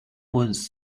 was